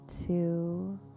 two